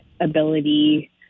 ability